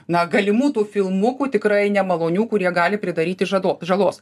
na galimų tų filmukų tikrai nemalonių kurie gali pridaryti žado žalos